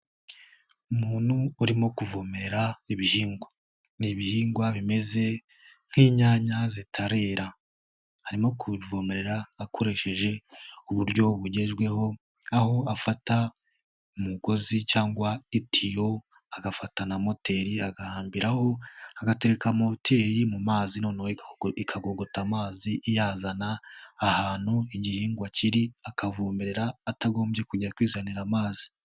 Umuntu urimo kuvomera ibihingwa. Ni ibihingwa bimeze nk'inyanya zitarera, arimo kubivomerera akoresheje uburyo bugejweho aho afata umugozi cyangwa itiyo, agafata na moteri agahambiraho, agatekareka moteri mu mazi noneho ikagogota amazi iyazana ahantu igihingwa kiri, akavomerera atagombye kujya kwizanira amazi.